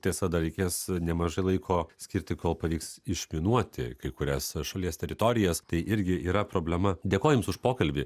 tiesa dar reikės nemažai laiko skirti kol pavyks išminuoti kai kurias šalies teritorijas tai irgi yra problema dėkoju jums už pokalbį